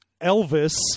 Elvis